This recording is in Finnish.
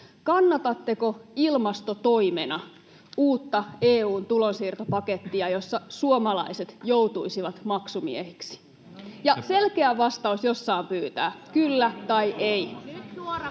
kannatatteko ilmastotoimena uutta EU:n tulonsiirtopakettia, jossa suomalaiset joutuisivat maksumiehiksi? Ja selkeä vastaus, jos saan pyytää: kyllä vai ei?